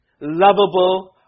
lovable